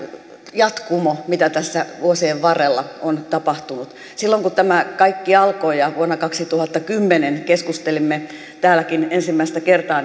jatkumo mitä tässä vuosien varrella on tapahtunut silloin kun tämä kaikki alkoi ja vuonna kaksituhattakymmenen keskustelimme täälläkin ensimmäistä kertaa